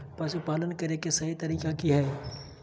पशुपालन करें के सही तरीका की हय?